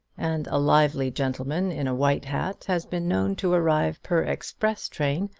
and a lively gentleman in a white hat has been known to arrive per express-train,